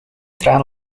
traan